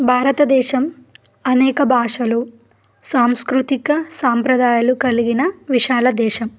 భారతదేశం అనేక భాషలు సాంస్కృతిక సాంప్రదాయాలు కలిగిన విశాల దేశం